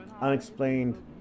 unexplained